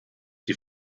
die